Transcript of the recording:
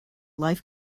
life